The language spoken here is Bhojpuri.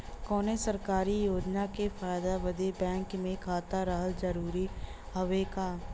कौनो सरकारी योजना के फायदा बदे बैंक मे खाता रहल जरूरी हवे का?